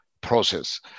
process